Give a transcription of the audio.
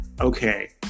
okay